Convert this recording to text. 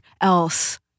else